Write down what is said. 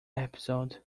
episode